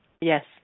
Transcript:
yes